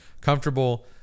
comfortable